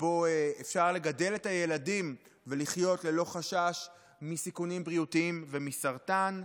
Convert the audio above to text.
שבו אפשר לגדל את הילדים ולחיות ללא חשש מסיכונים בריאותיים ומסרטן.